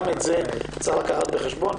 גם את זה צריך לקחת בחשבון,